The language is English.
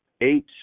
eight